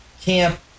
camp